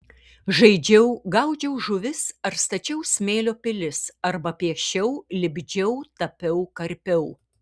žaidžiau gaudžiau žuvis ar stačiau smėlio pilis arba piešiau lipdžiau tapiau karpiau